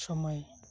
ᱥᱚᱢᱟᱭ